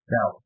Now